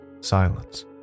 silence